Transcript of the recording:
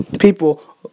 people